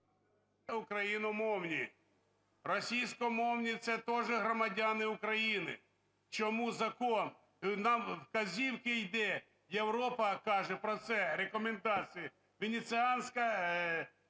україномовні. Російськомовні – це тоже громадяни України. Чому закон, нам вказівка йде, Європа каже про це – рекомендації. Венеціанська